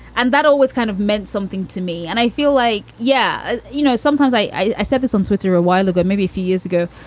and that always kind of meant something to me. and i feel like, yeah, you know, sometimes i said this on twitter a while ago, maybe a few years ago,